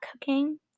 cooking